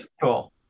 cool